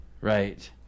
Right